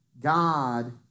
God